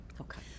Okay